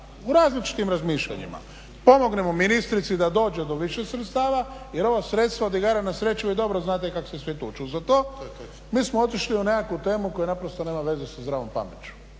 u različitim razmišljanjima pomognemo ministrici da dođe do više sredstava jer ova sredstva od igara na sreću vi dobro znate kako se svi tuku za to, mi smo otišli u nekakvu temu koja naprosto nema veze sa zdravom pameću,